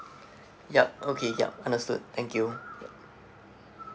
yup okay yup understood thank you